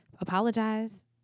apologize